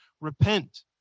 Repent